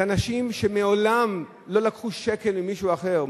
זה אנשים שמעולם לא לקחו שקל ממישהו אחר,